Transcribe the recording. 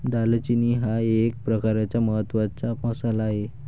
दालचिनी हा एक प्रकारचा महत्त्वाचा मसाला आहे